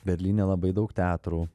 berlyne labai daug teatrų